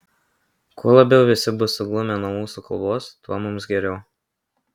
kuo labiau visi bus suglumę nuo mūsų kalbos tuo mums geriau